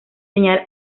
señal